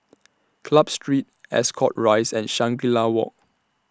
Club Street Ascot Rise and Shangri La Walk